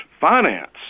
finance